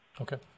Okay